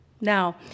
Now